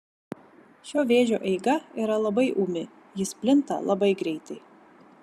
šio vėžio eiga yra labai ūmi jis plinta labai greitai